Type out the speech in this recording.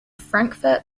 frankfurt